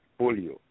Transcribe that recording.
polio